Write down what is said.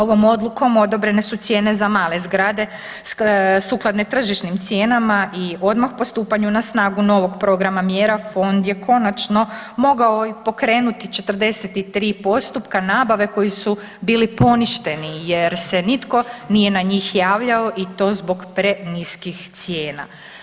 Ovom odlukom odobrene su cijene za male zgrade sukladne tržišnim cijenama i odmah po stupanju na snagu novog programa mjera fond je konačno mogao i pokrenuti 43 postupka nabave koji su bili poništeni jer se nitko nije na njih javljao i to zbog preniskih cijena.